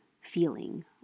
feeling